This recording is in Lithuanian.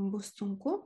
bus sunku